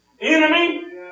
enemy